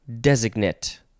designate